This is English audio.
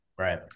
Right